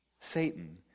Satan